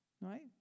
Right